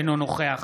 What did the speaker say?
אינו נוכח